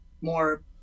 more